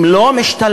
הם לא משתלבים,